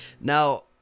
Now